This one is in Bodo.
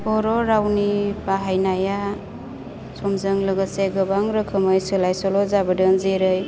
बर' रावनि बाहायनाया समजों लोगोसे गोबां रोखोमै सोलाय सोल' जाबोदों जेरै